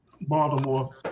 Baltimore